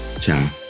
Ciao